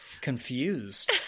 confused